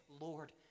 Lord